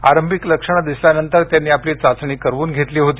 आरंभिक लक्षणं दिसल्यानंतर त्यांनी आपली चाचणी करवून घेतली होती